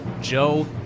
Joe